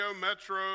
Metro